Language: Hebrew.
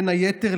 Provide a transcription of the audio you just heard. בין היתר,